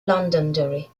londonderry